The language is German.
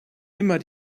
immer